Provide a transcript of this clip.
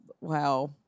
wow